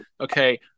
Okay